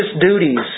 duties